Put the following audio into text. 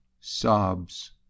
Sobs